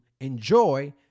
enjoy